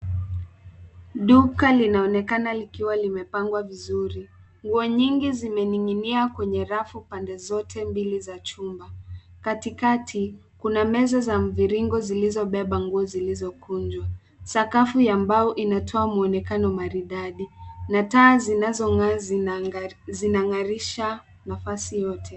Duka linaonekana likiwa limepangwa vizuri. Nguo nyingi zimening'inia kwenye rafu pande zote mbili za chumba. Katikati kuna meza za mviringo zilizobeba nguo zilizokunjwa sakafu ya mbao inatoa muonekano maridadi na taa zinazong'aa zinang'arisha nafasi yote.